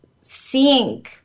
seeing